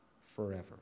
forever